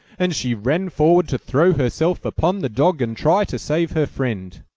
and she ran forward to throw herself upon the dog and try to save her friend.